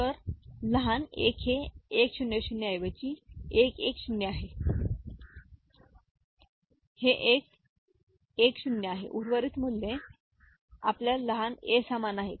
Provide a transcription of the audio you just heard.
तर लहान 1 हे 1 0 0 ऐवजी 1 1 0 आहे हे 1 1 0 आहे उर्वरित मूल्ये आपल्या लहान a समान आहेत